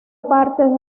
partes